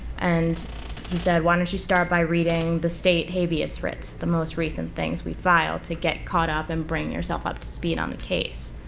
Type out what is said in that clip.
and he said, why don't you start by reading the state habeas writs the most recent things we filed to get caught up and bring yourself up to speed on the case?